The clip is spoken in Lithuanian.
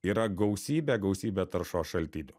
yra gausybė gausybė taršos šaltinių